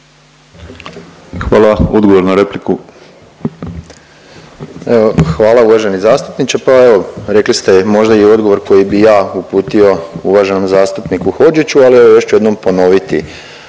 Boris (SDP)** Evo, hvala uvaženi zastupniče. Pa evo, rekli ste možda i odgovor koji bi ja uputio uvaženom zastupniku Hodžiću, ali evo, još ću jednom ponoviti,